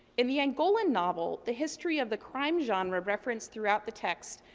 in the angolan novel, the history of the crime genre, referenced through-out the text,